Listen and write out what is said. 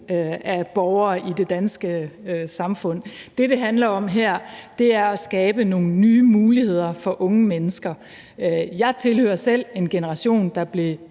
af borgere i det danske samfund. Det, det handler om her, er at skabe nogle nye muligheder for unge mennesker. Jeg tilhører selv en generation, der blev